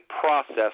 process